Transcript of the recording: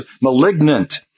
malignant